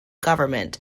government